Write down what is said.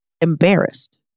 embarrassed